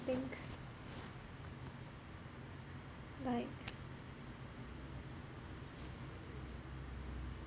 think like